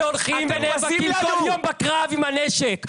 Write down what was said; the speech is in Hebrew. אתם נאבקים בנו כל יום בקרב עם הנשק.